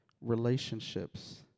relationships